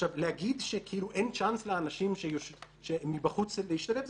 להגיד שאין צ'אנס לאנשים מבחוץ להשתלב,